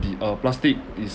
be uh plastic is